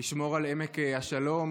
לשמור על עמק השלום